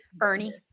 ernie